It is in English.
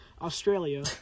Australia